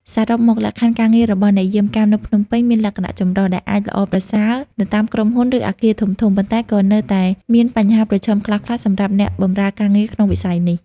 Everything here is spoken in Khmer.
សរុបមក លក្ខខណ្ឌការងាររបស់អ្នកយាមកាមនៅភ្នំពេញមានលក្ខណៈចម្រុះ ដែលអាចល្អប្រសើរនៅតាមក្រុមហ៊ុន ឬអគារធំៗ ប៉ុន្តែក៏នៅតែមានបញ្ហាប្រឈមខ្លះៗសម្រាប់អ្នកបម្រើការងារក្នុងវិស័យនេះ។